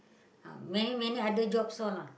uh many many other jobs all lah